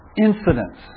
incidents